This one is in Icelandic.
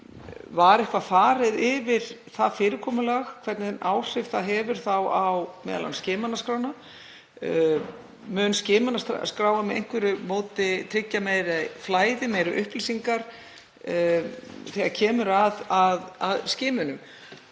Var eitthvað farið yfir það fyrirkomulag, hvaða áhrif það hefur þá á skimunarskrána? Mun skimunarskráin með einhverju móti tryggja meira flæði, meiri upplýsingar, þegar kemur að skimunum?